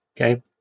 Okay